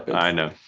i know.